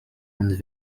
und